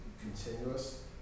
continuous